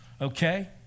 okay